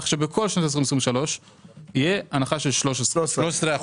כך שבכל שנת 2023 תהיה הנחה של 13 אגורות.